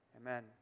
Amen